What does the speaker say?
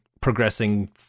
progressing